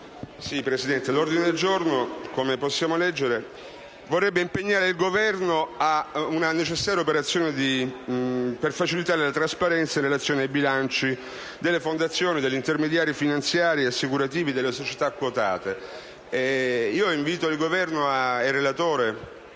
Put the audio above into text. l'ordine del giorno, come possiamo leggere, vorrebbe impegnare il Governo ad una necessaria operazione per facilitare la trasparenza in relazione ai bilanci delle fondazioni, degli intermediari finanziari e assicurativi e delle società quotate. Invito il Governo e il relatore